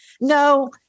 No